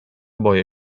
boję